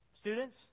Students